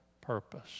purpose